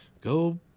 Go